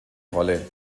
rolle